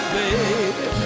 baby